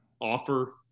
offer